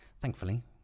thankfully